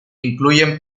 incluyen